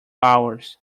hours